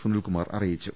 സുനിൽകുമാർ അറിയിച്ചു